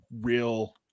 real